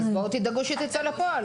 אז בואו תדאגו שהיא תצא לפועל.